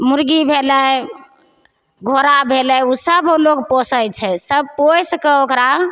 मुरगी भेलै घोड़ा भेलै ओसब लोक पोसै छै सब पोसिके ओकरा